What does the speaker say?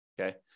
okay